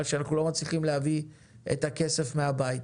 שאנחנו לא מצליחים להביא את הכסף מהבית.